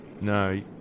No